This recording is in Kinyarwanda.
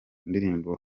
ndirimbo